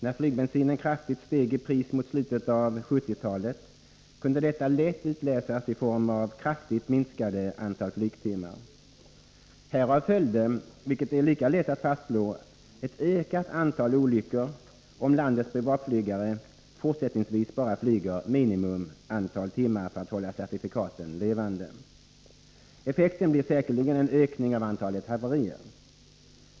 När flygbensinen kraftigt steg i pris mot slutet av 1970-talet, kunde det lätt utläsas i form av ett kraftigt minskat antal flygtimmar. Härav följde, vilket är lika lätt att fastslå, ett ökat antal olyckor. Om landets privatflygare fortsättningsvis bara flyger minimum antal timmar för att hålla certifikaten giltiga, blir effekten säkerligen en ökning av antalet haverier.